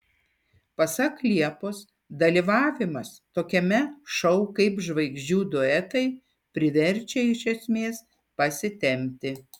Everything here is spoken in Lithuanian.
pasak liepos dalyvavimas tokiame šou kaip žvaigždžių duetai priverčia iš esmės pasitempti